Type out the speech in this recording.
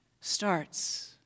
starts